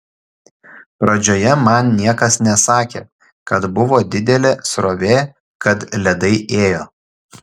pradžioje man niekas nesakė kad buvo didelė srovė kad ledai ėjo